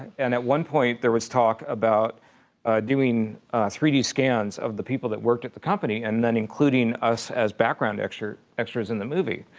and at one point there was talk about doing three d scans of the people that worked at the company, and then including us as background extras extras in the movie.